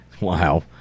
wow